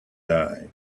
die